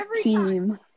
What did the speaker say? team